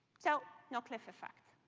so no cliff effect.